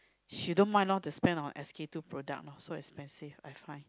she don't mind lor to spend on S K two product lor so expensive I find